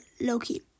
Loki